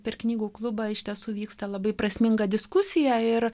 per knygų klubą iš tiesų vyksta labai prasminga diskusija ir